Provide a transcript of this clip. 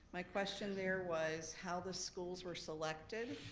my question there was how the schools were selected